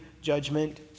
judgment